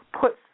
put